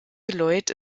geläut